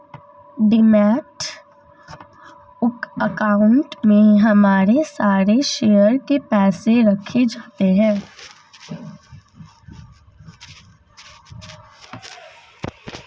demat account में हमारे सारे शेयर के पैसे रखे जाते हैं